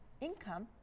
income